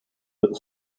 but